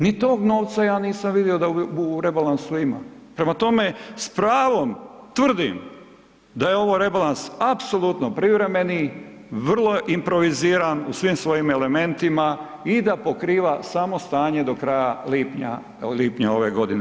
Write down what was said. Ni tog novca ja nisam vidio da u rebalansu ima prema tome, s pravom tvrdim da je ovo rebalans apsolutno privremeni, vrlo improviziran u svim svojim elementima i da pokriva samo stanje do kraja lipnja ove godine.